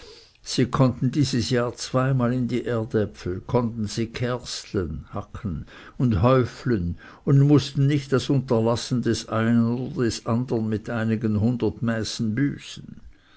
sie konnten dieses jahr zweimal in die erdäpfel konnten sie kärstlen und häuflen und mußten nicht das unterlassen des einen oder des andern mit einigen hundert mäßen büßen